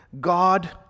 God